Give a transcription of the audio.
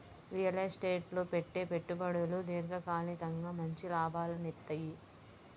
real estate లో పెట్టే పెట్టుబడులు దీర్ఘకాలికంగా మంచి లాభాలనిత్తయ్యి